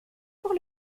pour